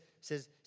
says